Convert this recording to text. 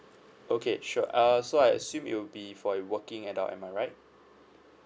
okay sure uh so I assume it'll be for a working adult am I right